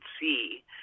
see